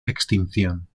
extinción